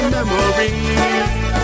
Memories